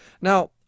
Now